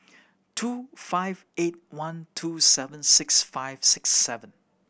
two five eight one two seven six five six seven